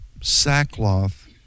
sackcloth